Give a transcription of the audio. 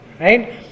right